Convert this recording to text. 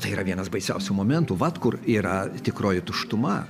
tai yra vienas baisiausių momentų vat kur yra tikroji tuštuma